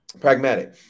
pragmatic